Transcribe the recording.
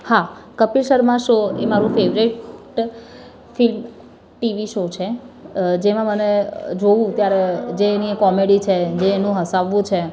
હા કપિલ શર્મા શો એ મારો ફેવરિટ ફિલ ટીવી શો છે જેમાં મને જોઉં ત્યારે જે એની કૉમેડી છે જે એનું હસાવવું છે